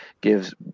gives